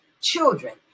children